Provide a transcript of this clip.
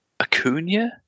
Acuna